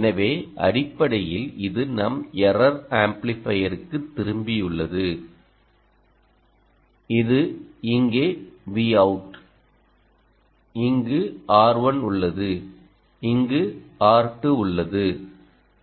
எனவே அடிப்படையில் இது நம் எர்ரர் ஆம்ப்ளிஃபையருக்குத் திரும்பியுள்ளது இது இங்கே Vout இங்கு R1 உள்ளது இங்கு R2 உள்ளது